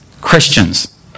Christians